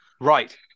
Right